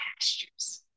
pastures